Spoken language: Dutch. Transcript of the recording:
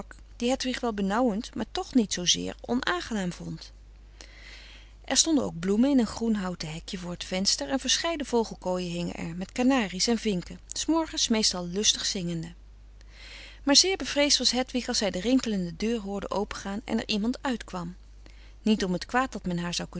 die hedwig wel benauwend maar toch niet zoo zeer onaangenaam vond er stonden ook bloemen in een groen houten hekje voor t venster en verscheiden vogelkooien hingen er met kanaries en vinken s morgens meestal lustig zingende maar zeer bevreesd was hedwig als zij de rinkelende deur hoorde opengaan en er iemand uit kwam niet om het kwaad dat men haar zou